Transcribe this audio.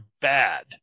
bad